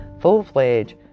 full-fledged